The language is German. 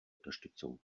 unterstützung